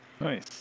Nice